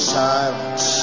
silence